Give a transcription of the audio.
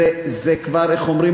זה כבר, איך אומרים?